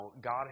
God